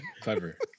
clever